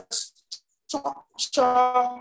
structure